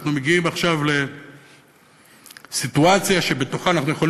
אנחנו מגיעים עכשיו לסיטואציה שבתוכה נוכל